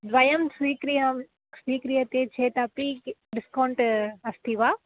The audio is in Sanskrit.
द्वयं स्वीक्रियते स्वीक्रियते चेत् अपि कि डिस्कौण्ट् अस्ति वा